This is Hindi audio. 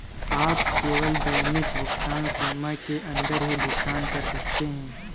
आप केवल दैनिक भुगतान सीमा के अंदर ही भुगतान कर सकते है